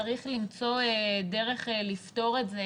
צריך למצוא דרך לפתור את זה,